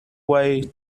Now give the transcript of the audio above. way